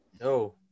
No